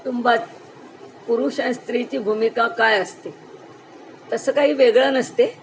कुटुंबात पुरुष आणि स्त्रीची भूमिका काय असते तसं काही वेगळं नसते